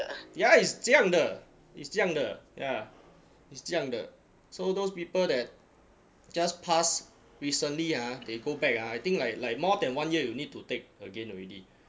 ya is 这样的 is 这样的 ya is 这样的 so those people that just pass recently ah they go back ah I think like like more than one year you need to take again already